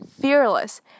fearless